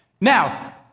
Now